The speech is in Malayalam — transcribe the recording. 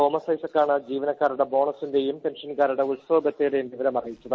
തോമസ് ഐസക്കാണ് ജീവന്ക്കാരുടെ ബോണസ്സിന്റെയും പെൻഷൻകാരുടെ ഉത്സവബത്തയുടേയും വിവരം അറിയിച്ചത്